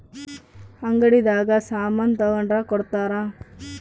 ಅಂಗಡಿ ದಾಗ ಸಾಮನ್ ತಗೊಂಡ್ರ ಕೊಡ್ತಾರ